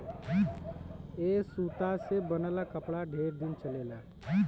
ए सूता से बनल कपड़ा ढेरे दिन चलेला